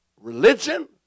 religion